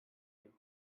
you